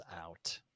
out